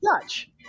Dutch